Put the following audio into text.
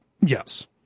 yes